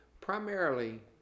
primarily